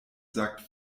sagt